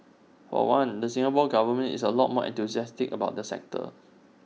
for one the Singapore Government is A lot more enthusiastic about the sector